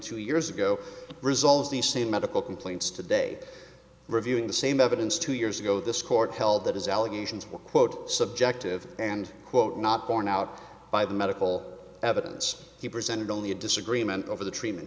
two years ago result of the same medical complaints today reviewing the same evidence two years ago this court held that his allegations were quote subjective and quote not borne out by the medical evidence he presented only a disagreement over the treatment